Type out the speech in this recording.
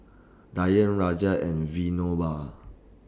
Dhyan Raja and Vinoba